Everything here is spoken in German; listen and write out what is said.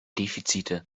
defizite